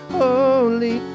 holy